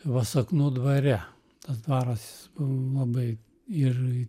vasaknų dvare tas dvaras labai ir